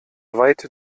weit